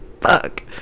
fuck